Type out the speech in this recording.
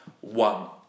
one